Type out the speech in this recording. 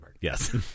Yes